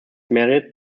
married